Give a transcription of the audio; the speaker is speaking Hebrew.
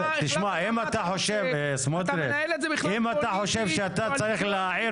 תשמע אם אתה חושב שאתה צריך להעיר